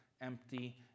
empty